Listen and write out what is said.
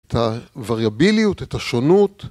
‫את הווריביליות, את השונות.